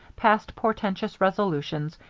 passed portentous resolutions,